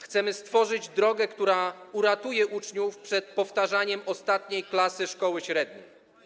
Chcemy stworzyć drogę, która uratuje uczniów przed powtarzaniem ostatniej klasy szkoły średniej.